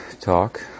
talk